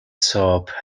soap